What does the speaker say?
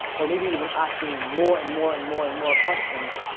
or maybe even asking more and more and more and more questions.